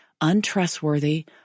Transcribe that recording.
untrustworthy